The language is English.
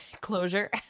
closure